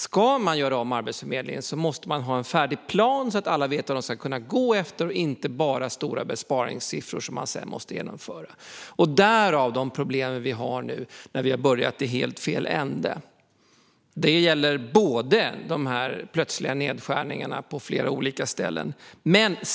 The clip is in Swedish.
Om man ska göra om Arbetsförmedlingen måste man ha en färdig plan så att alla vet vad de kan gå efter, inte bara stora besparingssiffror som sedan måste uppnås. Därav kommer de problem som vi har nu när vi har börjat i helt fel ände. Det gäller de plötsliga nedskärningarna på flera olika ställen.